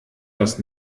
das